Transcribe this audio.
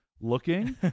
looking